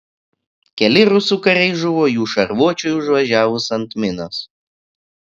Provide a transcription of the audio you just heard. keli rusų kariai žuvo jų šarvuočiui užvažiavus ant minos